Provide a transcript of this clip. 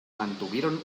mantuvieron